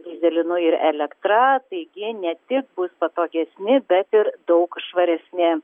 dyzelinu ir elektra taigi ne tik bus patogesni bet ir daug švaresni